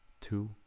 two